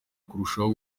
kurushaho